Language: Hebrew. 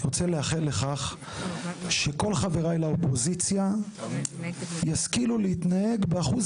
שכל חבריי לאופוזיציה ישכילו להתנהג באחוז